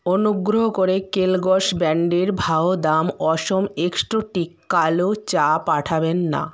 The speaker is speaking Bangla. অনুগ্রহ করে কেলগস ব্র্যান্ডের ভাহদাম অসম এক্সট্রোটিক কালো চা পাঠাবেন না